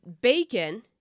bacon